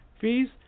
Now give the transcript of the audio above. fees